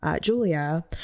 Julia